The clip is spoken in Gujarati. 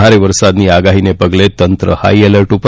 ભારે વરસાદની આગાહીને પગલે તંત્ર હાઈએલર્ટ પર